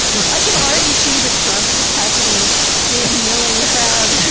i can already see that trump capacity thin milling crowd